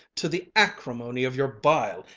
to the acrimony of your bile,